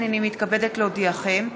הנני מתכבדת להודיעכם,